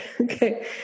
Okay